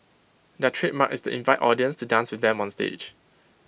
their trademark is to invite audience to dance with them onstage